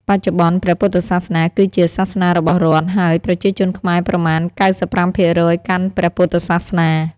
បច្ចុប្បន្ន ព្រះពុទ្ធសាសនាគឺជាសាសនារបស់រដ្ឋ ហើយប្រជាជនខ្មែរប្រមាណ ៩៥% កាន់ព្រះពុទ្ធសាសនា។